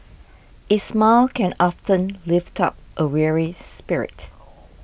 a smile can often lift up a weary spirit